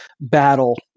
battle